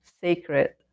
sacred